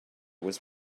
was